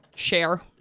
Share